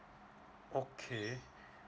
okay